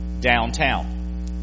downtown